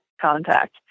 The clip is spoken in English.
contact